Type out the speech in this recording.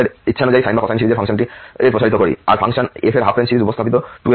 আর function f এর half range series উপস্থাপিত 2L পর্যাবৃত্ত ফাংশন করবে